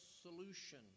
solution